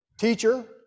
Teacher